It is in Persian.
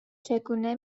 چگونه